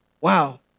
Wow